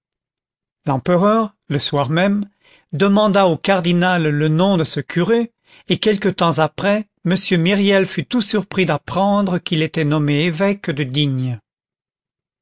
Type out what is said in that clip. l'empereur le soir même demanda au cardinal le nom de ce curé et quelque temps après m myriel fut tout surpris d'apprendre qu'il était nommé évêque de digne